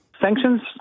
Sanctions